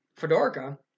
Fedorka